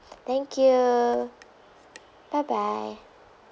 thank you bye bye